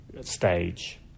stage